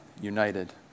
united